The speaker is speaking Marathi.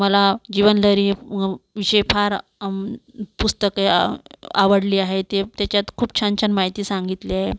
मला जीवनलहरी विषय फार पुस्तके आव आवडली आहे ते त्याच्यात खूप छान छान माहिती सांगितली आहे